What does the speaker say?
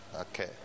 Okay